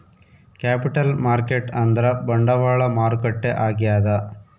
capital market ಅಂದ್ರ ಬಂಡವಾಳ ಮಾರುಕಟ್ಟೆ ಆಗ್ಯಾದ